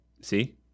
See